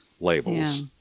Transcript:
labels